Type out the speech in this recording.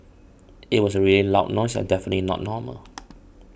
it was a really loud noise and definitely not normal